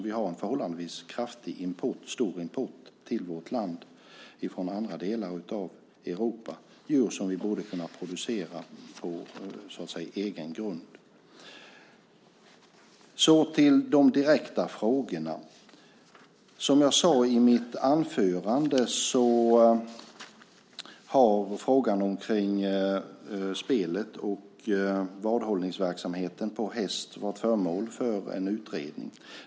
Vi har en förhållandevis stor import till vårt land från andra delar av Europa av djur som vi borde kunna producera så att säga från egen grund. Så till de direkta frågorna. Som jag sade i mitt anförande har frågan om spelverksamheten och vadhållningen på häst varit föremål för en utredning.